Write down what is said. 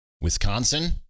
Wisconsin